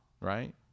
right